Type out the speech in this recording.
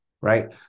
right